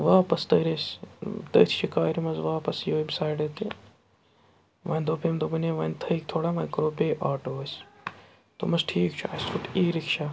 واپَس تٔرۍ أسۍ تٔتھۍ شِکارِ منٛز واپَس ییٚمہِ سایڈٕ تہِ وۄنۍ دوٚپ أمۍ دوٚپُن ہے وۄنۍ تھٔکۍ تھوڑا وۄنۍ کَرو بیٚیہِ آٹو أسۍ تومَس ٹھیٖک چھُ اَسہِ روٚٹ ای رِکشاہ